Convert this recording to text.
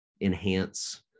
enhance